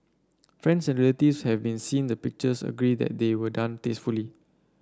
friends and relatives have seen the pictures agree that they were done tastefully